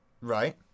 Right